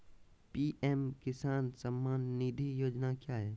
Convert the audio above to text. PM Kisan Samman Nidhi योजना क्या है?